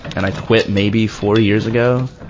and i quit maybe four years ago.